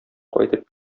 кайтып